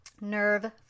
Nerve